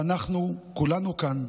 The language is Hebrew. ואנחנו, כולנו כאן,